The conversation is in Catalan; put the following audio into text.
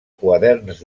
quaderns